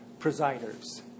presiders